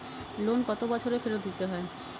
Loan কত বছরে ফেরত দিতে হয়?